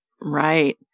Right